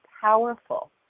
powerful